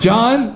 John